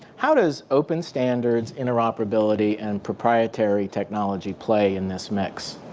how does open standards interoperability and proprietary technology play in this mix?